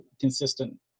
consistent